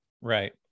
Right